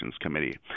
Committee